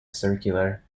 circular